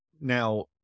Now